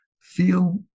Feel